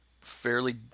fairly